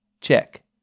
Check